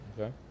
okay